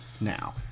Now